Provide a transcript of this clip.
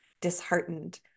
Disheartened